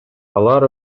алар